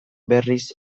berriz